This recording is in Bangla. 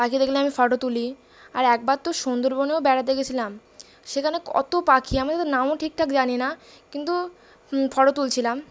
পাখি দেখলে আমি ফটো তুলি আর একবার তো সুন্দরবনেও বেড়াতে গেছিলাম সেখানে কত পাখি আমাদের তো নামও ঠিকঠাক জানি না কিন্তু ফটো তুলছিলাম